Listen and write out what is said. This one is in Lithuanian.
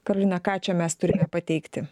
karolina ką čia mes turime pateikti